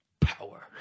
power